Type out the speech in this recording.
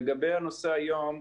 לגבי הנושא היום,